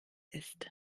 ist